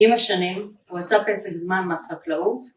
‫עם השנים הוא עשה פסק זמן ‫מהחקלאות.